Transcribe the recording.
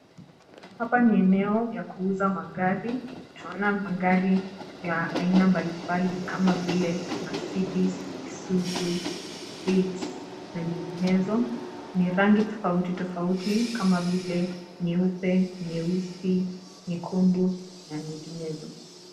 Hapa ni eneo ya kuuza magari. Tunaona magari ya aina mbali mbali kama vile Mercedes, Isuzu, Vitz na nyinginezo. Ni rangi tofauti tofauti kama vile nyeupe, nyeusi, nyekundu na nyinginezo.